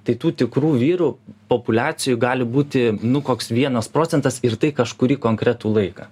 tai tų tikrų vyrų populiacijoj gali būti nu koks vienas procentas ir tai kažkurį konkretų laiką